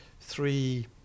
three